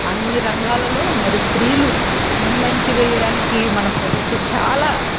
అన్ని రంగాలలో మరి స్త్రీలు ముందంజ వేయడానికి మన ప్రభుత్వం చాలా